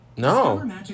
No